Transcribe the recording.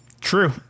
true